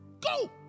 go